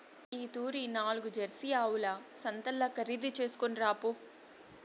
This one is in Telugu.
ఈ తూరి నాల్గు జెర్సీ ఆవుల సంతల్ల ఖరీదు చేస్కొని రాపో